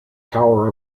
tower